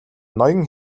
ноён